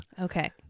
Okay